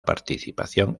participación